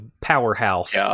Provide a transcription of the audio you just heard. powerhouse